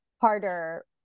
harder